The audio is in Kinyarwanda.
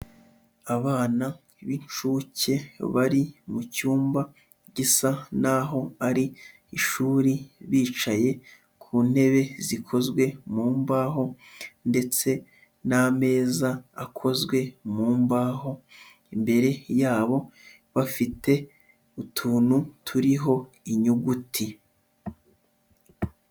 Abana b'inshuke bari mu cyumba gisa naho ari ishuri, bicaye ku ntebe zikozwe mu mbaho ndetse n'ameza akozwe mu mbaho, imbere yabo bafite utuntu turiho inyuguti.